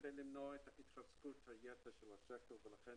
כדי למנוע את התחזקות יתר של השקל לכן